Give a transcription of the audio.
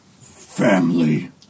Family